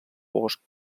bosch